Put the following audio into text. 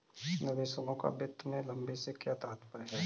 निवेशकों का वित्त में लंबे से क्या तात्पर्य है?